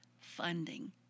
funding